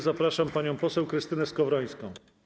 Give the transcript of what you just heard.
Zapraszam panią poseł Krystynę Skowrońską.